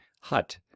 HUT